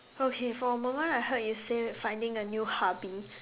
okay for a moment I heard you say finding a new hubby